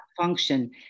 function